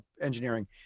engineering